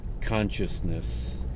consciousness